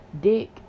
dick